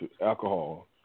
alcohol